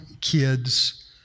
kids